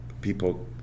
people